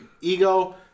ego